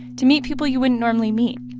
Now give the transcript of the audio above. to meet people you wouldn't normally meet.